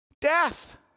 Death